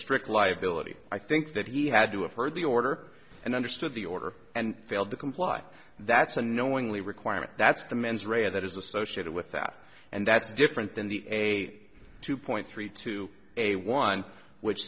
strict liability i think that he had to have heard the order and understood the order and failed to comply that's a knowingly requirement that's the mens rea that is associated with that and that's different than the a two point three to a one which